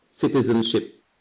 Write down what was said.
citizenship